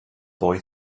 boy